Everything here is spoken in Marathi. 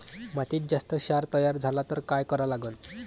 मातीत जास्त क्षार तयार झाला तर काय करा लागन?